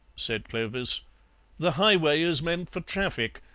said clovis the highway is meant for traffic,